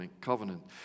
covenant